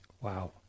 Wow